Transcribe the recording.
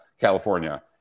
California